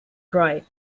dry